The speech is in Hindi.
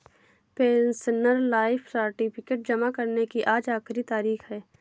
पेंशनर लाइफ सर्टिफिकेट जमा करने की आज आखिरी तारीख है